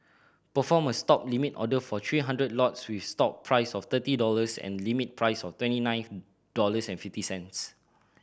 perform a Stop limit order for three hundred lots with stop price of thirty dollars and limit price of twenty nine dollars and fifty cents